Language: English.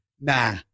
nah